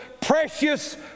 precious